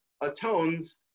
atones